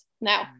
Now